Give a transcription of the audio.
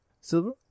Silver